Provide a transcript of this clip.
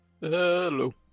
Hello